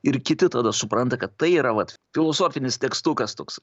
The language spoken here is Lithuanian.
ir kiti tada supranta kad tai yra vat filosofinis tekstukas toks